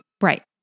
Right